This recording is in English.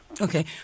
Okay